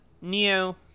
Neo